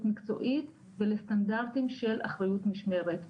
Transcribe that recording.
מקצועית ולסטנדרטים של אחריות משמרת,